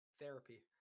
Therapy